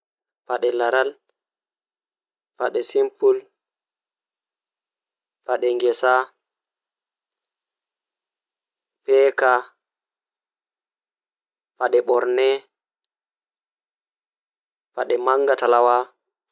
Woodi koɓe mbiyata dum frozen desert, woodi pasteris, woodi fried desert, woodi regional desert, woodi munci, woodi candis and sweet, woodi pasteris, woodi cakeji, woodi ginger bread, woodi short bread.